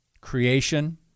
creation